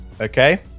okay